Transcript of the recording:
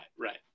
right